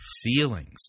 feelings